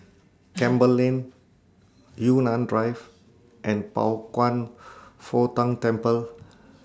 Campbell Lane Yunnan Drive and Pao Kwan Foh Tang Temple